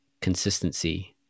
consistency